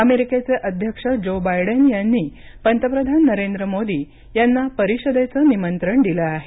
अमेरिकेचे अध्यक्ष Joe Biden यांनी पंतप्रधान नरेंद्र मोदी यांना परिषदेचं निमंत्रण दिलं आहे